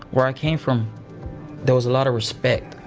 where i came from there was a lot of respect,